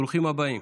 ברוכים הבאים.